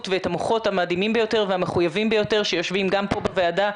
ואת המוחות המדהימים ביותר והמחויבים ביותר שיושבים גם פה בוועדה,